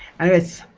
and it's